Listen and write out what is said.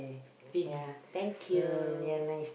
finish thank you